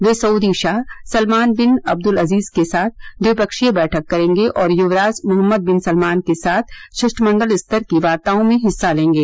वे Saudi शाह Salman bin Abdul Aziz के साथ द्विपक्षीय बैठक करेंगे और युवराज मोहम्मद बिन सलमान के साथ शिष्टमंडल स्तर की वार्ताओं में हिस्सा लेंगे